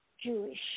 Jewish